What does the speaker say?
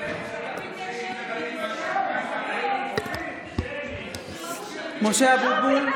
(קוראת בשמות חברי הכנסת) משה אבוטבול,